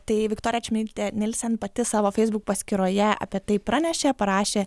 tai viktorija čmilytė nilsen pati savo facebook paskyroje apie tai pranešė parašė